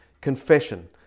confession